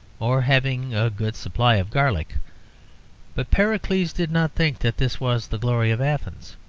or having a good supply of garlic but pericles did not think that this was the glory of athens.